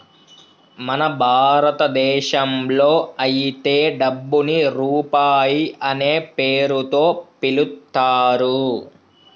మన భారతదేశంలో అయితే డబ్బుని రూపాయి అనే పేరుతో పిలుత్తారు